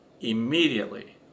immediately